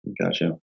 Gotcha